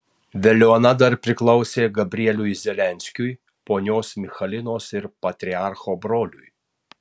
veliuona dar priklausė gabrieliui zaleskiui ponios michalinos ir patriarcho broliui